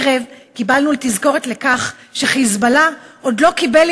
הערב קיבלנו תזכורת לכך ש"חיזבאללה" עוד לא קיבל